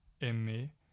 Aimer